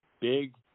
Big